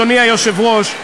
אדוני היושב-ראש,